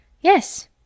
Yes